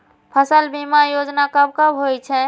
फसल बीमा योजना कब कब होय छै?